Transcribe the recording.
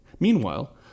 Meanwhile